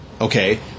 okay